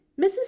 Mrs